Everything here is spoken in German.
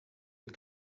mit